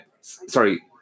sorry